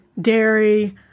dairy